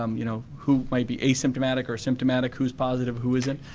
um you know, who might be asymptomatic or symptomatic. who is positive, who isn't.